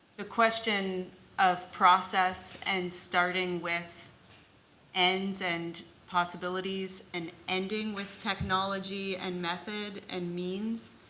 the question of process, and starting with ends and possibilities, and ending with technology and methods and means,